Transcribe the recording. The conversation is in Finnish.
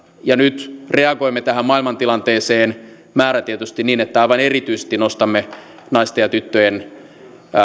ja nyt reagoimme tähän maailmantilanteeseen määrätietoisesti niin että aivan erityisesti nostamme naisten ja tyttöjen